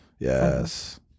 Yes